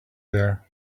there